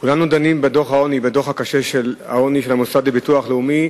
כולנו דנים בדוח העוני הקשה של המוסד לביטוח לאומי,